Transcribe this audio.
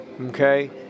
okay